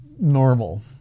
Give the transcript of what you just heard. normal